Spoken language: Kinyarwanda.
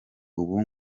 ubu